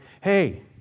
hey